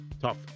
tough